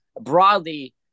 broadly